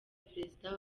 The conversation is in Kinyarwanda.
perezida